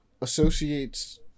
associates